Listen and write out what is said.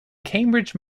cambridge